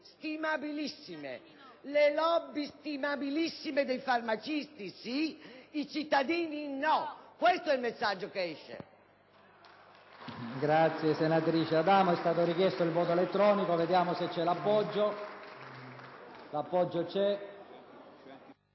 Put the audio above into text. stimabilissime *lobby* dei farmacisti sì, i cittadini no. Questo è il messaggio che esce!